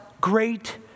great